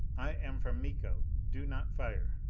i am from miko. do not fire.